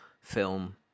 film